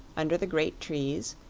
under the great trees,